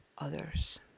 others